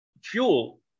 fuel